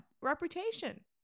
reputation